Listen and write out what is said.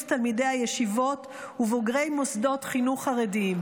תלמידי הישיבות ובוגרי מוסדות חינוך חרדיים.